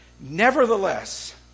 Nevertheless